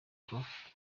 prof